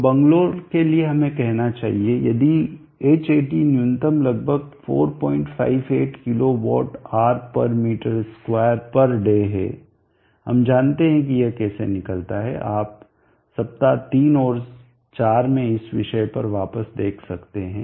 तो बंगलौर के लिए हमें कहना चाहिए यदि Hat न्यूनतम लगभग 458 kWhm2day है हम जानते हैं कि यह कैसे निकालना है आप सप्ताह 3 और 4 में इस विषय पर वापस देख सकते हैं